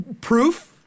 Proof